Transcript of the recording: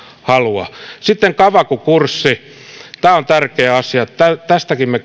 halua sitten kavaku kurssi tämä on tärkeä asia tästäkin me